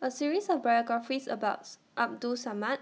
A series of biographies about Abdul Samad